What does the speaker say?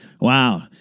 Wow